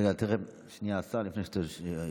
רגע, שנייה, השר, לפני שאתה יורד.